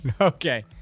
okay